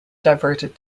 diverted